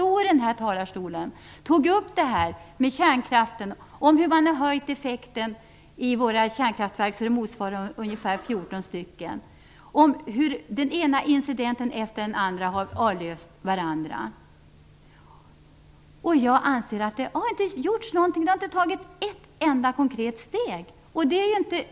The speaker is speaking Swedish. Då stod jag i denna talarstol och tog upp frågorna om kärnkraften, höjningen av effekten i våra kärnkraftverk som motsvarar ungefär 14 reaktorer och om den ena incidenten efter den andra som avlöste varandra. Jag anser att det inte har hänt någonting sedan dess. Det har inte tagits ett enda konkret steg.